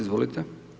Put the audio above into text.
Izvolite.